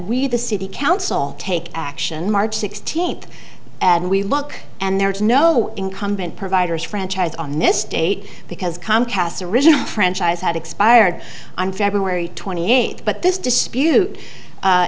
had the city council take action march sixteenth and we look and there is no incumbent providers franchise on this date because comcast originally franchise had expired on february twenty eighth but this dispute